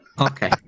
okay